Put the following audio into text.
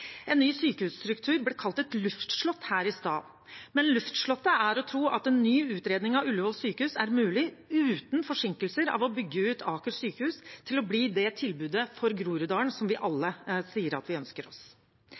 En ny sykehusstruktur ble kalt et luftslott her i stad, men luftslottet er å tro at en ny utredning av Ullevål sykehus er mulig uten forsinkelser i å bygge ut Aker sykehus til å bli det tilbudet for Groruddalen som vi alle sier at vi ønsker oss.